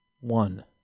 one